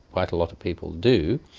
quite a lot of people do,